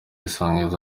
isange